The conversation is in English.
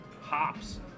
hops